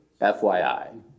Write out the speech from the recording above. FYI